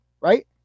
right